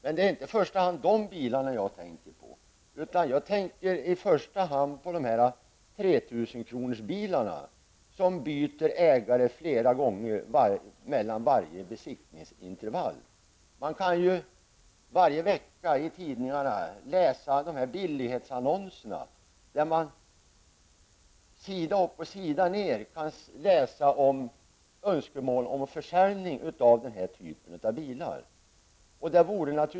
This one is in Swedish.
Men det är inte i första hand de bilarna jag tänker på, utan jag tänker på 3 000-kronorsbilarna som byter ägare flera gånger mellan varje besiktningsintervall. Vi kan ju varje vecka läsa tidningarnas billighetsannonser, sida upp och sida ned, med önskemål om försäljning av den här typen av bilar.